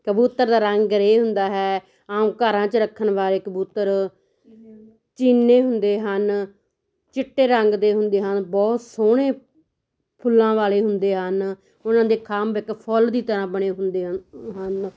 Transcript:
ਕਬੂਤਰ ਦਾ ਰੰਗ ਗਰੇ ਹੁੰਦਾ ਹੈ ਆਮ ਘਰਾਂ 'ਚ ਰੱਖਣ ਵਾਲੇ ਕਬੂਤਰ ਚੀਨੇ ਹੁੰਦੇ ਹਨ ਚਿੱਟੇ ਰੰਗ ਦੇ ਹੁੰਦੇ ਹਨ ਬਹੁਤ ਸੋਹਣੇ ਫੁੱਲਾਂ ਵਾਲੇ ਹੁੰਦੇ ਹਨ ਉਹਨਾਂ ਦੇ ਖੰਭ ਇੱਕ ਫੁੱਲ ਦੀ ਤਰ੍ਹਾਂ ਬਣੇ ਹੁੰਦੇ ਹਨ